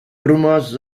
rumors